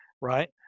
right